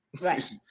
Right